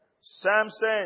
samson